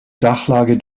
sachlage